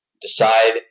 decide